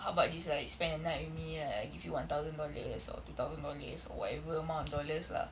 how about this like spend a night with me like I give you one thousand dollars or two thousand dollars or whatever amount of dollars lah